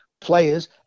players